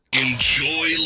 Enjoy